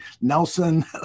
nelson